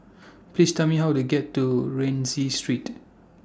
Please Tell Me How to get to Rienzi Street